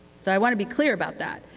so i want to be clear about that.